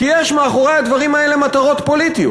כי יש מאחורי הדברים האלה עומדות מטרות פוליטיות,